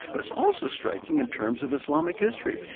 but it's also striking in terms of islamic history.